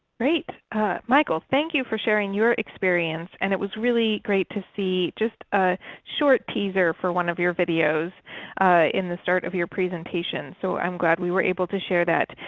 michael! thank you for sharing your experience. and it was really great to see just a short teaser for one of your videos in the start of your presentation. so i'm glad we were able to share that.